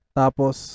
tapos